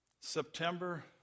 September